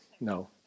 no